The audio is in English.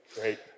Great